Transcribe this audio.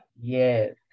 Yes